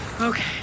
Okay